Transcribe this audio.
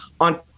on